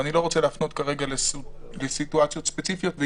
אני לא רוצה להפנות כרגע לסיטואציות ספציפיות.